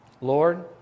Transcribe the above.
Lord